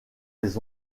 les